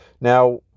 Now